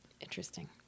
Interesting